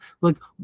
look